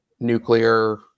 nuclear